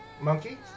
Monkey